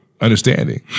Understanding